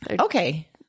Okay